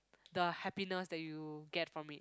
the happiness that you get from it